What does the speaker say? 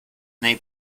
nei